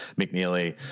McNeely